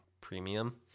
premium